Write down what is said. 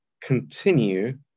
continue